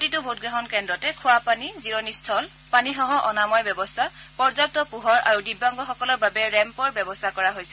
প্ৰতিটো ভোটগ্ৰহণ কেন্দ্ৰতে খোৱাপানী জিৰণিস্থল পানীসহঅনাময় ব্যৱস্থা পৰ্যাপ্ত পোহৰ আৰু দিব্যাংগসকলৰ বাবে ৰেম্পৰ ব্যৱস্থা কৰা হৈছে